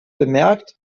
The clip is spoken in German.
bemerkt